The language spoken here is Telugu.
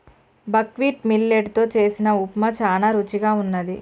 బక్వీట్ మిల్లెట్ తో చేసిన ఉప్మా చానా రుచిగా వున్నది